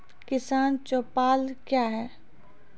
किसान चौपाल क्या हैं?